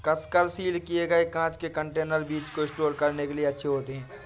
कसकर सील किए गए कांच के कंटेनर बीज को स्टोर करने के लिए अच्छे होते हैं